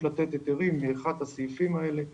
לתת היתרים מאחד הסעיפים האלה שהיו,